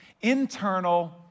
internal